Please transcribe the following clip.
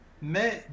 mais